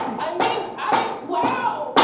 i mean, i wow.